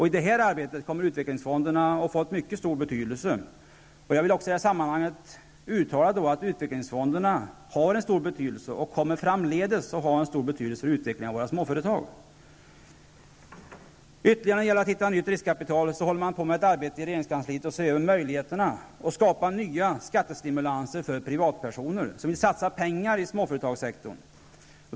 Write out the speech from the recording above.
I detta arbete kommer utvecklingsfonderna att ha mycket stor betydelse. Jag vill i detta sammanhang även uttala att utvecklingsfonderna har en stor betydelse och även framdeles kommer att ha en stor betydelse för utvecklingen av våra småföretag. Ytterligare ett arbete för att hitta nytt riskkapital håller man nu på med i regeringskansliet. Man ser över möjligheterna att skapa nya skattestimulanser för privatpersoner som vill satsa pengar i småföretagssektorn.